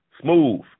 smooth